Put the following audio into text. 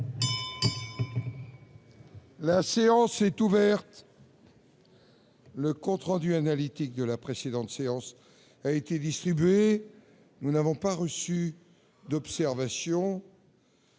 La séance est ouverte.. Le compte rendu analytique de la précédente séance a été distribué. Il n'y a pas d'observation